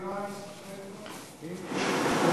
המזכירה אישרה את זה קודם.